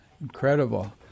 Incredible